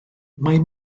mae